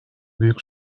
büyük